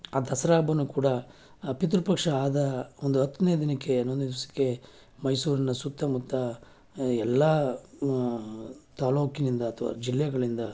ಆ ದಸರಾ ಹಬ್ಬವು ಕೂಡ ಪಿತೃಪಕ್ಷ ಆದ ಒಂದು ಹತ್ತನೇ ದಿನಕ್ಕೆ ಹನ್ನೊಂದನೇ ದಿವಸಕ್ಕೆ ಮೈಸೂರಿನ ಸುತ್ತಮುತ್ತ ಎಲ್ಲ ತಾಲೂಕಿನಿಂದ ಅಥವಾ ಜಿಲ್ಲೆಗಳಿಂದ